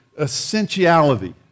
essentiality